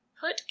put